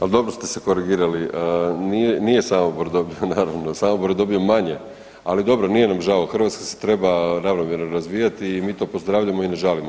Ali dobro ste se korigirali, nije Samobor dobio, naravno, Samobor je dobio manje ali dobro, nije nam žao, Hrvatska se treba ravnomjerno razvijati i mi to pozdravljamo i ne žalimo.